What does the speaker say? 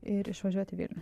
ir išvažiuot į vilnių